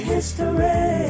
History